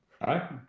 Hi